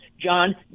John